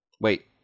Wait